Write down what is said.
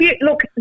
look